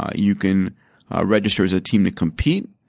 ah you can register as a team and compete.